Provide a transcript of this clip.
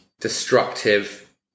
destructive